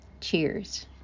Cheers